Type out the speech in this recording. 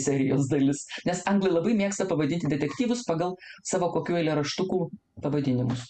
serijos dalis nes anglai labai mėgsta pavadinti detektyvus pagal savo kokių eilėraštukų pavadinimus